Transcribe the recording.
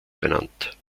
benannt